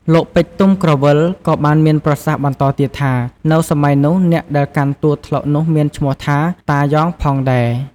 លោក ពេជ្រ ទុំក្រវ៉ិល ក៏បានមានប្រសាសន៍បន្តទៀតថា នៅសម័យនោះ អ្នកដែលកាន់តួត្លុកនោះមានឈ្មោះថា “តាយ៉ង” ផងដែរ ។